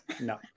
No